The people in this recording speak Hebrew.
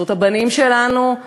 בזכות הבנים שלנו,